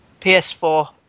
PS4